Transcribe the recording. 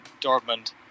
Dortmund